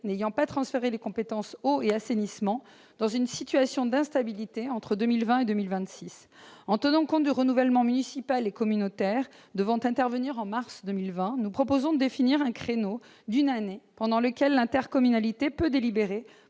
n'ayant pas transféré les compétences « eau » et « assainissement » dans une situation d'instabilité entre 2020 et 2026. Tout en tenant compte du renouvellement municipal et communautaire devant intervenir au mois de mars 2020, nous proposons de définir un créneau d'une année pendant lequel l'intercommunalité peut délibérer